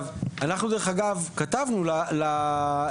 אנחנו, דרך אגב, כתבנו לוועדה